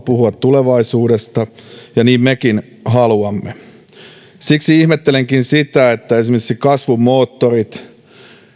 puhua tulevaisuudesta ja niin mekin haluamme siksi ihmettelenkin sitä että esimerkiksi kasvun moottorit